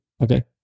okay